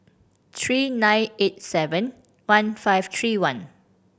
three nine eight seven one five three one